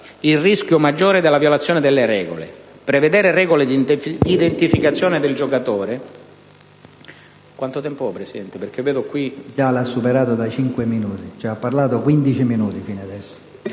il rischio maggiore della violazione delle regole: prevedere regole di identificazione del giocatore